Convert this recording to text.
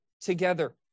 together